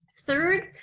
Third